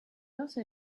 also